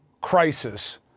crisis